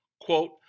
Quote